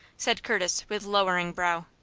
said curtis, with lowering brow.